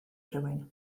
rhywun